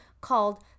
called